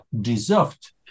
deserved